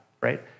Right